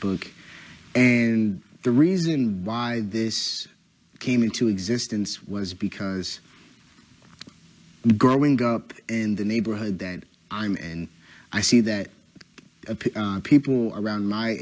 book and the reason why this came into existence was because growing up in the neighborhood that i am and i see that people around my